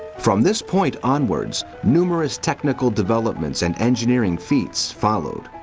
from this point onwards, numerous technical developments and engineering feats followed.